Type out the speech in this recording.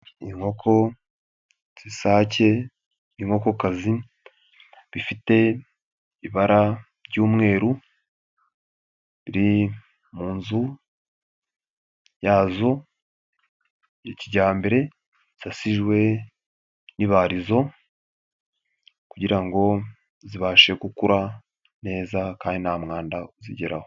Inkoko z'isake n'inkokokazi bifite ibara ry'umweru ziri mu nzu yazo ya kijyambere hasasijwe n'ibarizo kugira ngo zibashe gukura neza kandi nta mwanda uzigeraho.